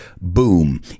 boom